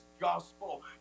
gospel